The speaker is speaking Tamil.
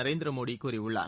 நரேந்திர மோடி கூறியுள்ளார்